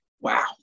Wow